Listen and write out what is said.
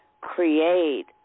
create